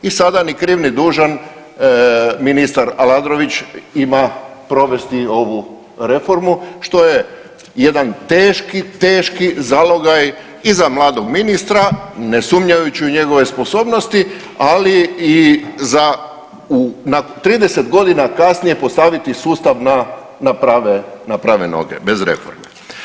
I sada ni kriv ni dužan ministar Aladrović ima provesti ovu reformu što je jedan teški, teški zalogaj i za mladog ministra ne sumnjajući u njegove sposobnosti, ali i za 30 godina kasnije postaviti sustav na prave noge bez reforme.